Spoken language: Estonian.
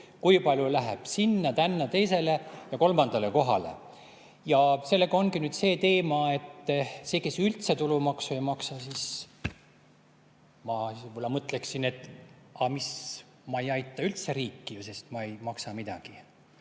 kui palju läheb sinna-tänna, teisele ja kolmandale kohale. Ja sellega ongi see teema, et see, kes üldse tulumaksu ei maksa – ma võib-olla mõtleksin, et aga mis, ma ei aita üldse riiki, sest ma ei maksa midagi. Aga